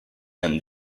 and